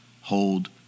hold